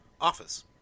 office